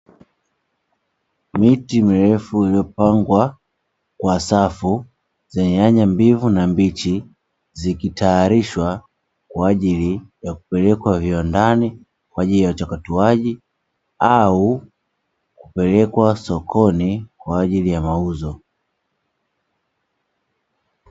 Miti mirefu iliyopangwa kwa safu za nyanya mbivu na mbichi zikitayarishwa kwa ajili ya kupelekwa viwandani, kwa ajili ya uchakatwaji au kupelekwa sokoni kwa ajili ya mauzo.